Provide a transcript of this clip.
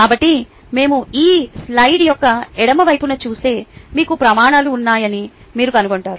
కాబట్టి మేము ఈ స్లైడ్ యొక్క ఎడమ వైపున చూస్తే మీకు ప్రమాణాలు ఉన్నాయని మీరు కనుగొంటారు